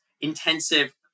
intensive